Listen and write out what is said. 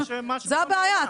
או --- זו הבעיה.